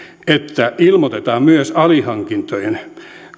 että ilmoitetaan myös alihankintojen